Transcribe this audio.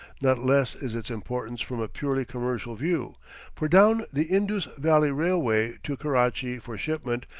not less is its importance from a purely commercial view for down the indus valley railway to karachi for shipment,